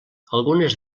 algunes